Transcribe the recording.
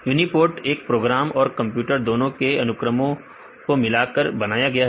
UniProt एक program और computer दोनों के द्वारा अनुक्रमओं को निकालकर बनाया गया है